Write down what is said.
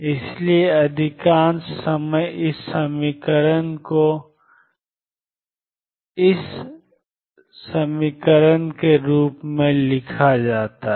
इसलिए अधिकांश समय इस समीकरण को iℏdψrtdtHψrt के रूप में भी लिखा जाता है